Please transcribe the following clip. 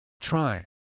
try